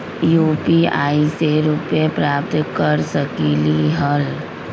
UPI से रुपए प्राप्त कर सकलीहल?